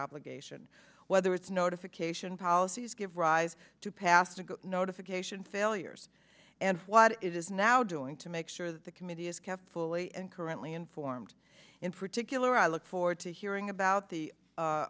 obligation whether its notification policies give rise to pass notification failures and what it is now doing to make sure that the committee is kept fully and currently informed in particular i look forward to hearing about the